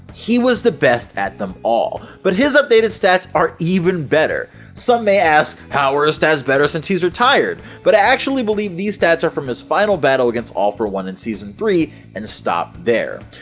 he was the best at them all, but his updated stats are even better. some may ask, how are his stats better since he's retired, but i actually believe these stats are from his final battle against all for one in season three and stop there.